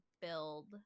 build